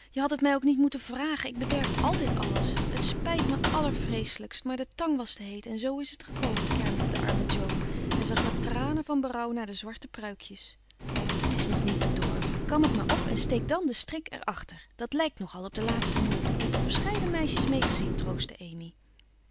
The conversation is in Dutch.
je hadt het mij ook niet moeten vragen ik bederf altijd alles t spijt me allervreeselijkst maar de tang was te heet en zoo is het gekomen kermde de arme jo en zag met tranen van berouw naar de zwarte pruikjes het is nog niet bedorven kam het maar op en steek dan den strik er achter dat lijkt nogal op de laatste mode ik heb er verscheiden meisjes mee gezien troostte amy